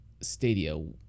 stadio